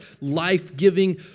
life-giving